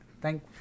Thank